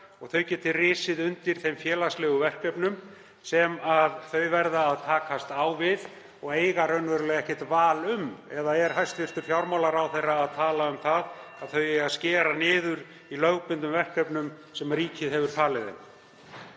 og þau geti risið undir þeim félagslegu verkefnum sem þau verða að takast á við og eiga raunverulega ekkert val um. (Forseti hringir.) Eða er hæstv. fjármálaráðherra að tala um að þau eigi að skera niður í lögbundnum verkefnum sem ríkið hefur falið þeim?